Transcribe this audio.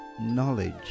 knowledge